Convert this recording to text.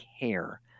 care